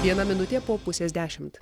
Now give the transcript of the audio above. viena minutė po pusės dešimt